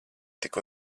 tik